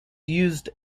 used